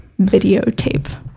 Videotape